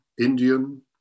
Indian